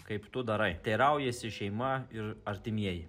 kaip tu darai teiraujasi šeima ir artimieji